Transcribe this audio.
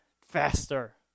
faster